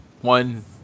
one